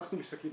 אנחנו מסתכלים,